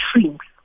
shrinks